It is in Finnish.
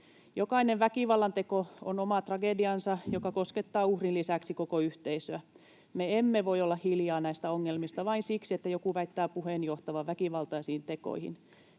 Jokainen väkivallanteko on omat tragediansa, joka koskettaa uhrin lisäksi koko yhteisöä. Me emme voi olla hiljaa näistä ongelmista vain siksi, että joku väittää puheen johtavan väkivaltaisiin tekoihin.